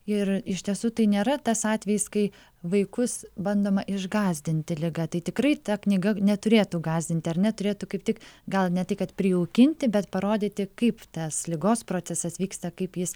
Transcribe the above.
ir iš tiesų tai nėra tas atvejis kai vaikus bandoma išgąsdinti liga tai tikrai ta knyga neturėtų gąsdinti ar ne turėtų kaip tik gal ne tai kad prijaukinti bet parodyti kaip tas ligos procesas vyksta kaip jis